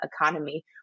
economy